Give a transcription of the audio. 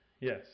Yes